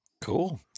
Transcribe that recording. Cool